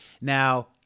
Now